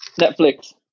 Netflix